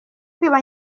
kwiba